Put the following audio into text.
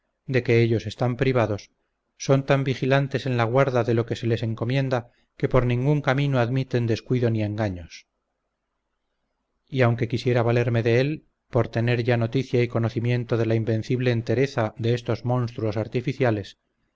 de que ellos están privados son tan vigilantes en la guarda de lo que se les encomienda que por ningún camino admiten descuido ni engaños y aunque quisiera valerme de él por tener ya noticia y conocimiento de la invencible entereza de estos monstruos artificiales